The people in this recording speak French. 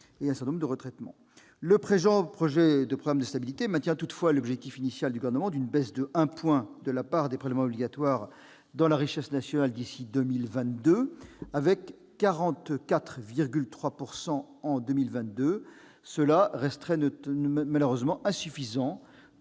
Le présent projet de programme de stabilité maintient toutefois l'objectif initial du Gouvernement de baisse de 1 point de la part des prélèvements obligatoires dans la richesse nationale d'ici à 2022. Avec un taux de prélèvements obligatoires de 44,3 % en 2022, cela resterait malheureusement insuffisant